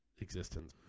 existence